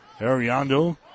Ariando